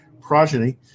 Progeny